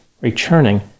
returning